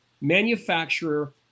manufacturer